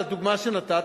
הדוגמה שנתת,